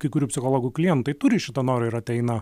kai kurių psichologų klientai turi šitą norą ir ateina